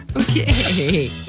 Okay